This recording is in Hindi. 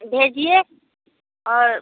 भेजिए और